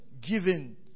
given